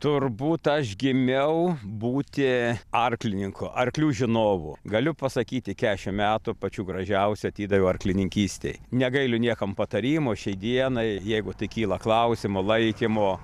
turbūt aš gimiau būti arklininku arklių žinovu galiu pasakyti kešimt metų pačių gražiausių atidaviau arklininkystei negailiu niekam patarimo šiai dienai jeigu tik kyla klausimų laikymo